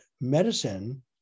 medicine